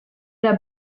der